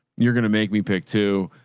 you're going to make me pick two,